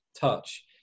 touch